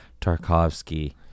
Tarkovsky